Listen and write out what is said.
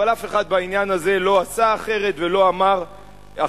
אבל אף אחד בעניין הזה לא עשה אחרת ולא אמר אחרת,